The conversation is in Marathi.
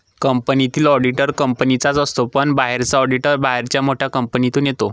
कंपनीतील ऑडिटर कंपनीचाच असतो पण बाहेरचा ऑडिटर बाहेरच्या मोठ्या कंपनीतून येतो